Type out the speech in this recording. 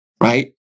right